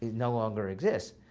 no longer exists,